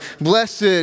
blessed